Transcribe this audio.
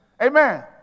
Amen